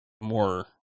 more